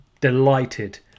delighted